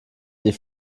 die